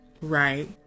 right